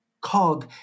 cog